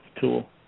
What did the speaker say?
tool